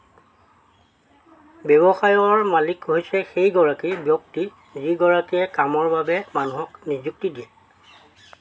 ব্যৱসায়ৰ মালিক হৈছে সেইগৰাকী ব্যক্তি যিগৰাকীয়ে কামৰ বাবে মানুহক নিযুক্তি দিয়ে